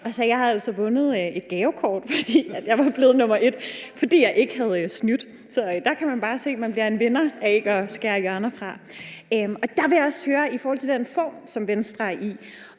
jeg altså havde vundet et gavekort, fordi jeg var blevet nr. 1, fordi jeg ikke havde snydt. Så der kan man bare se. Man bliver en vinder af ikke at skære hjørner af. Jeg vil også høre om noget i forhold til den form, som Venstre er i,